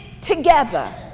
together